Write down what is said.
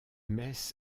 messes